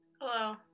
Hello